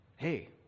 hey